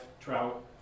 trout